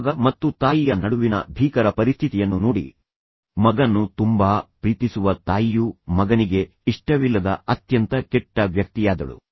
ಮಗ ಮತ್ತು ತಾಯಿಯ ನಡುವಿನ ಭೀಕರ ಪರಿಸ್ಥಿತಿಯನ್ನು ನೋಡಿ ಮಗನನ್ನು ತುಂಬಾ ಪ್ರೀತಿಸುವ ತಾಯಿಯು ಮಗನಿಗೆ ಇಷ್ಟವಿಲ್ಲದ ಅತ್ಯಂತ ಕೆಟ್ಟ ವ್ಯಕ್ತಿಯಾದಳು